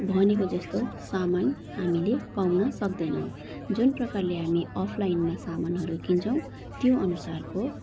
भनेको जस्तो सामान हामीले पाउन सक्दैनौँ जुन प्रकारले हामी अफलाइनमा सामानहरू किन्छौँ त्योअनुसारको